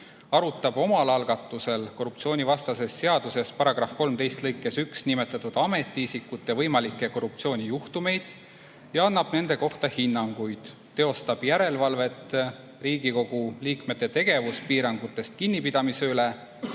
arutab omal algatusel korruptsioonivastase seaduse § 13 lõikes 1 nimetatud ametiisikute võimalikke korruptsioonijuhtumeid ja annab nende kohta hinnanguid, teostab järelevalvet Riigikogu liikmete tegevuspiirangutest kinnipidamise üle,